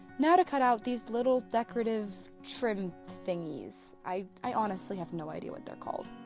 now to cut out these little decorative trim. thingies? i i honestly have no idea what they're called.